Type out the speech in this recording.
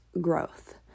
growth